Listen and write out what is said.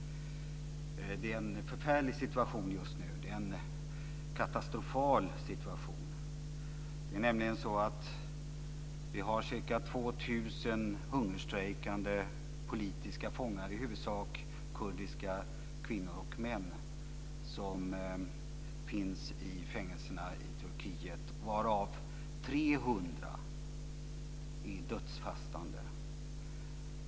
Det är en förfärlig situation just nu. Det är en katastrofal situation. Det är nämligen så att det finns ca 2 000 hungerstrejkande politiska fångar, i huvudsak kurdiska kvinnor och män, i fängelserna i Turkiet, varav 300 är dödsfastande.